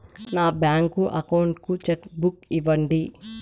నా bank account కు cheque book ఇవ్వండి